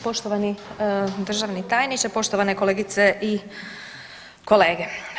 Poštovani državni tajniče, poštovane kolegice i kolege.